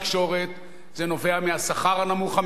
זה נובע מריבוי כלי התקשורת,